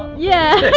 yeah.